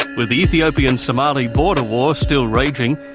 with the ethiopian-somali border war still raging,